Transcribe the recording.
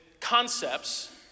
concepts